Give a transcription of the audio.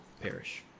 perish